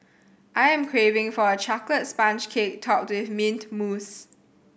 I am craving for a chocolate sponge cake topped with mint mousse